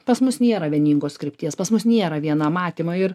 pas mus nėra vieningos krypties pas mus nėra viena matymo ir